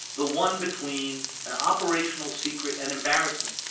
the one between an operational secret and embarrassment.